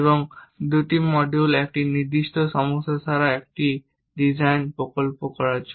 এবং 2টি মডিউল একটি নির্দিষ্ট সমস্যা বাছাই এবং ডিজাইন প্রকল্প করার জন্য